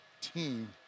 team